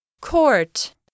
Court